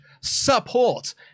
support